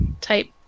type